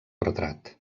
retrat